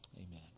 amen